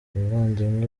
ubuvandimwe